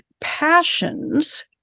passions